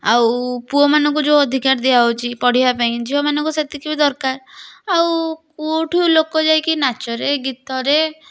ଆଉ ପୁଅମାନଙ୍କୁ ଯେଉଁ ଅଧିକାର ଦିଆହେଉଛି ପଢ଼ିବା ପାଇଁ ଝିଅମାନଙ୍କୁ ସେତିକି ବି ଦରକାର ଆଉ କେଉଁଠୁ ଲୋକ ଯାଇକି ନାଚରେ ଗୀତରେ